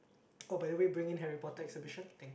oh by the way bring in Harry-Potter exhibition thank